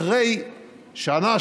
אחרי שנה,